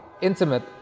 intimate